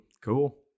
Cool